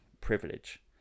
privilege